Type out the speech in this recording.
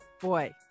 Boy